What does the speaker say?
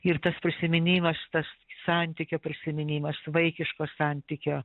ir tas prisiminimas tas santykio prisiminimas vaikiško santykio